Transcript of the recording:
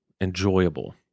enjoyable –